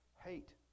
hate